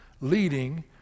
leading